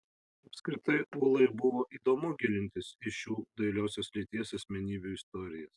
apskritai ūlai buvo įdomu gilintis į šių dailiosios lyties asmenybių istorijas